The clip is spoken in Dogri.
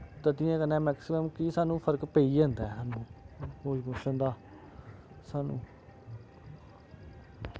टट्टियैं कन्नै मैकसिमम कि साह्नू फर्क पेई गै जंदा ऐ लूज मोशन दा साह्नू